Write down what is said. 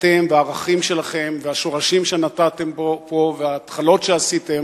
אתם והערכים שלכם והשורשים שנטעתם פה וההתחלות שעשיתם